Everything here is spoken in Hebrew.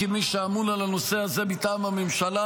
כמי שאמון על הנושא הזה מטעם הממשלה